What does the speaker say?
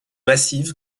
massive